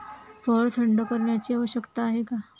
फळ थंड करण्याची आवश्यकता का आहे?